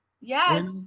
Yes